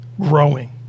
growing